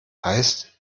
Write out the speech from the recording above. heißt